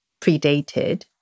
predated